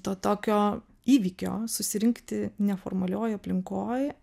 to tokio įvykio susirinkti neformalioj aplinkoj